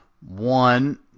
one